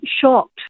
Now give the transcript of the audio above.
shocked